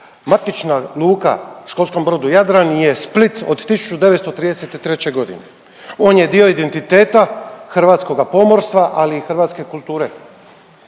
Matična luka školskom brodu Jadran je Split od 1933.g., on je dio identiteta hrvatskoga pomorstva, ali i hrvatske kulture.